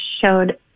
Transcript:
showed